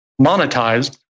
monetized